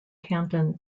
canton